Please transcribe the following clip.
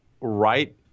right